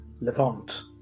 Levant